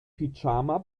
pyjama